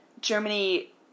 Germany